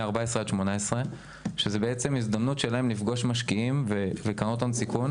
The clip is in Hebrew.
14-18 שזה בעצם הזדמנות שלהם לפגוש משקיעים וקרנות הון סיכון,